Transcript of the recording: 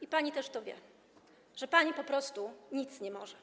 i pani też to wie - że pani po prostu nic nie może.